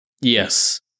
Yes